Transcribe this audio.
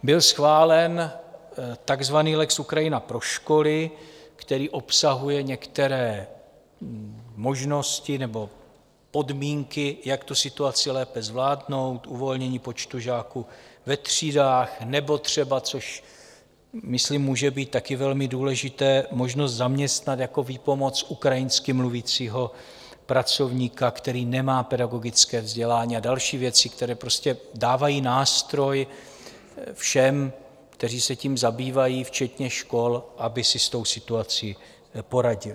Byl schválen takzvaný lex Ukrajina pro školy, který obsahuje některé možnosti nebo podmínky, jak situaci lépe zvládnout uvolnění počtu žáků ve třídách nebo třeba, což myslím může být také velmi důležité, možnost zaměstnat jako výpomoc ukrajinsky mluvícího pracovníka, který nemá pedagogické vzdělání, a další věci, které dávají nástroj všem, kteří se tím zabývají, včetně škol, aby si s tou situací poradily.